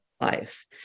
life